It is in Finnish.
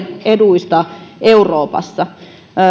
eduista euroopassa